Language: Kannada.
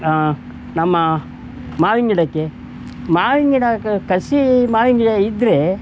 ನಮ್ಮ ಮಾವಿನ ಗಿಡಕ್ಕೆ ಮಾವಿನ ಗಿಡ ಕಸಿ ಮಾವಿನ ಗಿಡ ಇದ್ರೆ